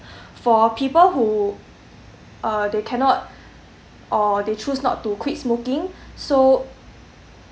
for people who uh they cannot or they choose not to quit smoking so